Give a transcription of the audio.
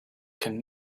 can